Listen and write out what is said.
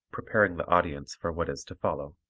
preparing the audience for what is to follow.